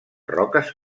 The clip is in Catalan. roques